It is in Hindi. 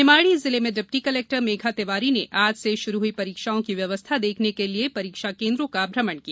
निमाड़ी जिले में डिप्टी कलेक्टर मेघा तिवारी ने आज से शुरू हुई परीक्षाओं की व्यवस्था देखने के लिये परीक्षा केन्द्रों का भ्रमण किया